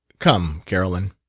come, carolyn,